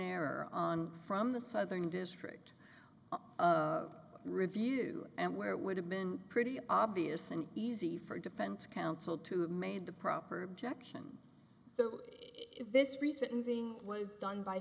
error on from the southern district of review and where it would have been pretty obvious and easy for defense counsel to have made the proper objection so if this recent using was done by